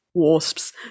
wasps